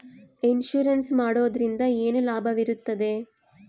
Insurance ಮಾಡೋದ್ರಿಂದ ಏನು ಲಾಭವಿರುತ್ತದೆ?